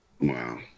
Wow